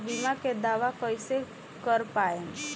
बीमा के दावा कईसे कर पाएम?